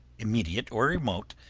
immediate or remote,